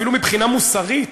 אפילו מבחינה מוסרית